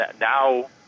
now